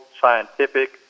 scientific